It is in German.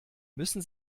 müssen